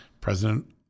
President